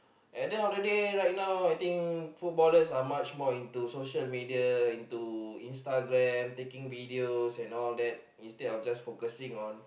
at the end of the day right now I think footballers are much more into social media instagram taking photos and all that instead of just focusing on